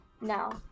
no